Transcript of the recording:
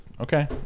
okay